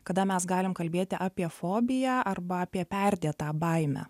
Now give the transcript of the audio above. kada mes galim kalbėti apie fobiją arba apie perdėtą baimę